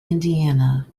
indiana